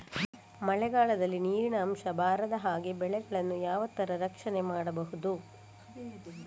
ಮಳೆಗಾಲದಲ್ಲಿ ನೀರಿನ ಅಂಶ ಬಾರದ ಹಾಗೆ ಬೆಳೆಗಳನ್ನು ಯಾವ ತರ ರಕ್ಷಣೆ ಮಾಡ್ಬಹುದು?